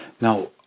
Now